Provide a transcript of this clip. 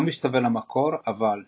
לא משתווה למקור, אבל,